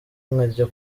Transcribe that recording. nkajya